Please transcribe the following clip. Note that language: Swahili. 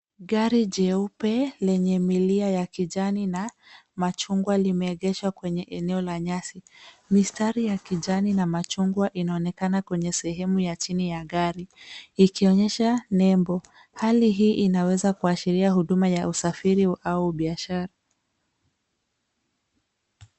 Gari jeupe lenye milia ya kijani na machungwa limeegeshwa kwenye eneo la nyasi. Mistari ya kijani na machungwa inaonekana kwenye sehemu ya chini ya gari ikionyesha nembo. Hali hii inaweza kuashiria huduma ya usafiri au biashara.